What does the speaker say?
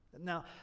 Now